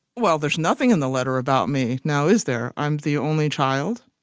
well, there's nothing in the letter about me now, is there? i'm the only child.